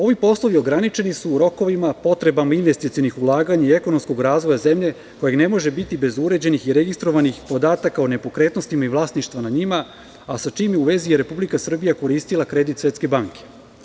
Ovi poslovi su ograničeni rokovima, potrebama investicionih ulaganja i ekonomskog razvoja zemlje, kojeg ne može biti bez uređenih i registrovanih podataka o nepokretnostima i vlasništvu nad njima, a sa čime je u vezi i Republika Srbija koristila kredit Svetske banke.